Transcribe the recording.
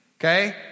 okay